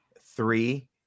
Three